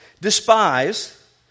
despise